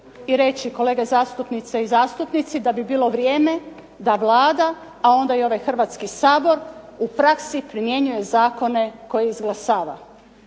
i reći, kolege zastupnice i zastupnici, da bi bilo vrijeme da Vlada, a onda i ovaj Hrvatski sabor u praksi primjenjuje zakone koje izglasava.